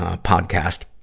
ah podcast.